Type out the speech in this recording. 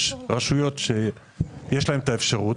יש רשויות שיש להן את האפשרות,